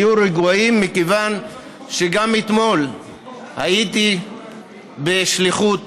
מכיוון שגם אתמול הייתי בשליחות,